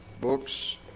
books